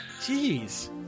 Jeez